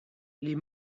les